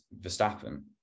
Verstappen